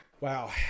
Wow